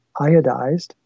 iodized